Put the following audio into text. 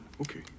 okay